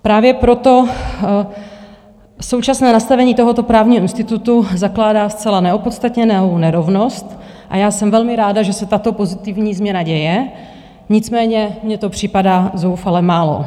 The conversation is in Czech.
Právě proto současné nastavení tohoto právního institutu zakládá zcela neopodstatněnou nerovnost a já jsem velmi ráda, že se tato pozitivní změna děje, nicméně mně to připadá zoufale málo.